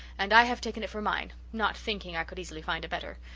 and i have taken it for mine, not thinking i could easily find a better.